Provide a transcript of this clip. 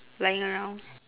lying around